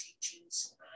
teachings